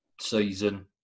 season